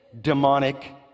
demonic